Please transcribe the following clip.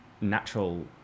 natural